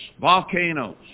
volcanoes